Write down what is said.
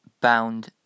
bound